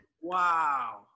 wow